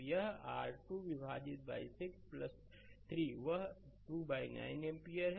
तो वह है R2 विभाजित 6 3 वह 29 एम्पीयर